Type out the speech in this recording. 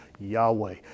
Yahweh